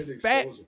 fat